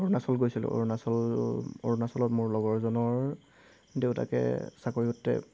অৰুণাচল গৈছিলোঁ অৰুণাচল অৰুণাচলত মোৰ লগৰজনৰ দেউতাকে চাকৰি সূত্ৰে